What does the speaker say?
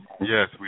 Yes